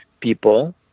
people